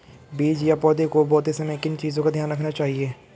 बीज या पौधे को बोते समय किन चीज़ों का ध्यान रखना चाहिए?